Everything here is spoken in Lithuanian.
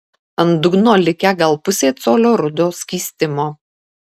ant dugno likę gal pusė colio rudo skystimo